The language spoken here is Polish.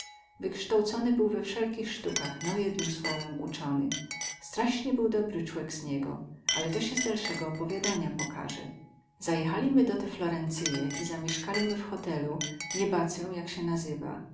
wykstołcony był we wselkich śtukach no jednym słowem ucony straśnie był dobry cłek z niego ale to sie z dalsego opowiadania pokaze zajechalimy do te florencyje i zamieskalimy w hotelu nie bacę jak sie nazywa